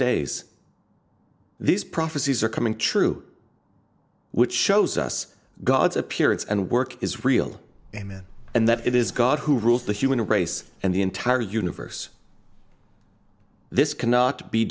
days these prophecies are coming true which shows us god's appearance and work is real in it and that it is god who rules the human race and the entire universe this cannot be